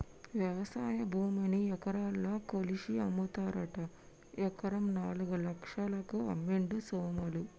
వ్యవసాయ భూమిని ఎకరాలల్ల కొలిషి అమ్ముతారట ఎకరం నాలుగు లక్షలకు అమ్మిండు సోములు